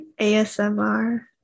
ASMR